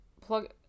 plug